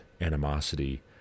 animosity